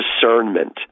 discernment